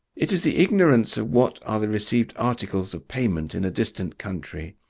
it is the ignorance of what are the received articles of payment in a distant country,